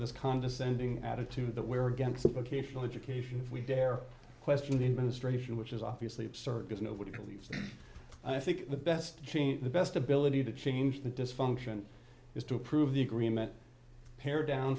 of this condescending attitude that we're against occasional education if we dare question the administration which is obviously absurd because nobody believes i think the best change the best ability to change the dysfunction is to approve the agreement pared down